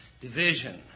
division